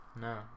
No